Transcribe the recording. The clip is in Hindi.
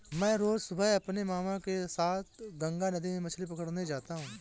मैं रोज सुबह अपने मामा के साथ गंगा नदी में मछली पकड़ने जाता हूं